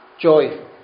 joy